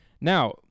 Now